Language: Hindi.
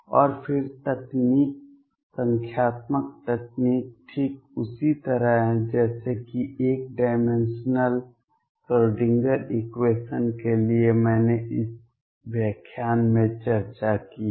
और फिर तकनीक संख्यात्मक तकनीक ठीक उसी तरह है जैसे कि 1 डायमेंशनल श्रोडिंगर इक्वेशन के लिए मैंने इस व्याख्यान में चर्चा की है